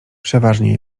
przeważnie